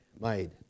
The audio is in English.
made